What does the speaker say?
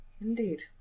Indeed